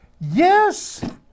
Yes